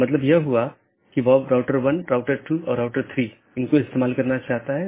2 update message routing जानकारी को BGP साथियों के बीच आदान प्रदान करता है